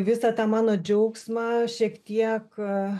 visą tą mano džiaugsmą šiek tiek